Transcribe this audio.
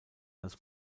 als